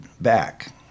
back